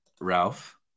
Ralph